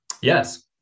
Yes